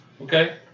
Okay